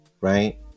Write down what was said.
right